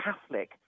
Catholic